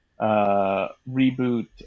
reboot